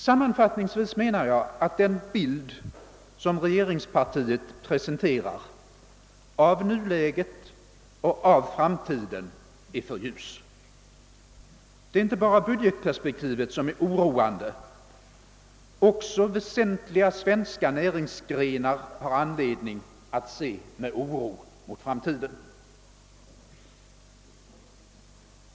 Sammanfattningsvis anser jag att den bild av nuläget och av framtiden som regeringspartiet presenterar är för ljus. Det är inte bara budgetperspektivet som är oroande. Också väsentliga svenska näringsgrenar har anledning att se framtiden an med oro.